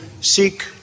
seek